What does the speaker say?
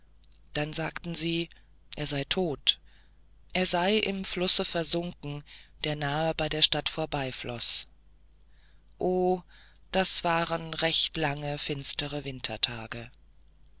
dann sagten sie er sei tot er sei im flusse versunken der nahe bei der stadt vorbeifloß o das waren recht lange finstere wintertage